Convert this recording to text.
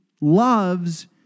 loves